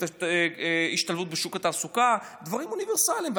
השתלבות בשוק התעסוקה, דברים אוניברסליים.